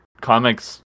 Comics